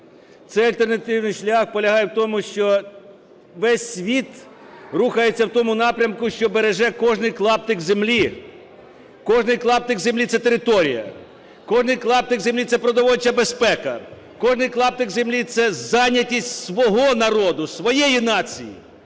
Цей альтернативний шлях полягає в тому, що весь світ рухається в тому напрямку, що береже кожний клаптик землі. Кожний клаптик землі – це територія. Кожний клаптик землі – це продовольча безпека. Кожний клаптик землі – це зайнятість свого народу, своєї нації.